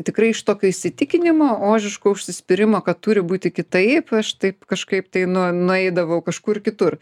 tikrai iš tokio įsitikinimo ožiško užsispyrimo kad turi būti kitaip aš taip kažkaip tai nu nueidavau kažkur kitur